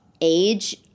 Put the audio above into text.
age